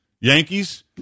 Yankees